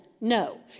No